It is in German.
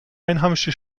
einheimische